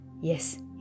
Yes